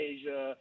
Asia